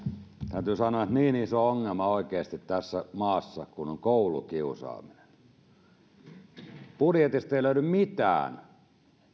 täytyy sanoa että niin iso ongelma oikeasti tässä maassa kuin on koulukiusaaminen niin budjetista ei löydy mitään